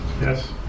Yes